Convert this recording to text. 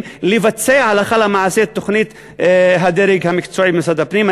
לבצע הלכה למעשה את תוכנית הדרג המקצועי במשרד הפנים.